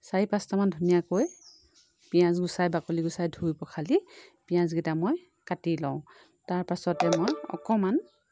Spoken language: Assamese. চাৰি পাঁচটামান ধুনীয়াকৈ পিয়াঁজ গুছাই বাকলি গুছাই ধুই পখালি পিয়াঁজ কেইটা মই কাটি লওঁ তাৰ পাছতে মই অকণমান